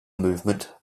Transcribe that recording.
movement